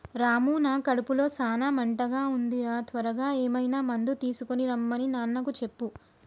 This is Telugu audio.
రాము నా కడుపులో సాన మంటగా ఉంది రా త్వరగా ఏమైనా మందు తీసుకొనిరమన్ని నాన్నకు చెప్పు